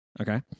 Okay